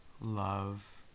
love